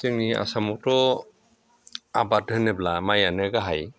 जोंनि आसामावथ' आबाद होनोब्ला माइआनो गाहाय